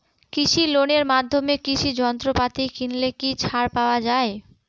কৃষি লোনের মাধ্যমে কৃষি যন্ত্রপাতি কিনলে কি ছাড় পাওয়া যায়?